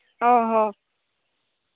ᱚ ᱦᱚᱸ